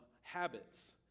habits